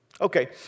Okay